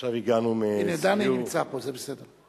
עכשיו הגענו מסיור, הנה, דני נמצא פה, זה בסדר.